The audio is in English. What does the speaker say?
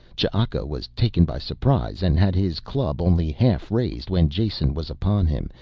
ch'aka was taken by surprise and had his club only half-raised when jason was upon him,